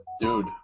dude